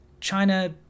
China